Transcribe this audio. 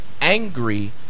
angry